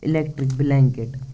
electric blanket